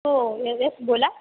हो य येस बोला